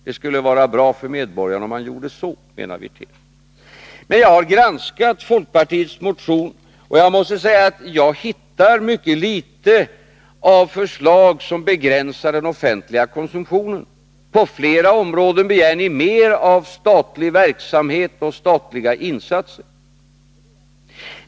Det skulle vara bra för medborgarna om man gjorde så, menade Rolf Wirtén. Men jag har granskat folkpartiets motion, och jag måste säga att jag hittar mycket litet av förslag som begränsar den offentliga konsumtionen. På flera områden begär ni mer av statlig verksamhet och statliga insatser.